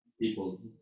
people